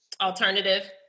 alternative